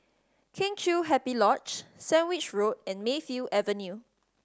Kheng Chiu Happy Lodge Sandwich Road and Mayfield Avenue